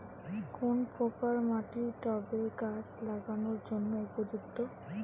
কোন প্রকার মাটি টবে গাছ লাগানোর জন্য উপযুক্ত?